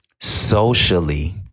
socially